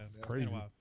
crazy